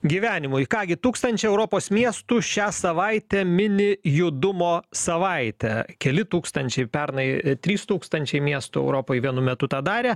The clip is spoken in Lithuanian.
gyvenimui ką gi tūkstančiai europos miestų šią savaitę mini judumo savaitę keli tūkstančiai pernai trys tūkstančiai miestų europoj vienu metu tą darė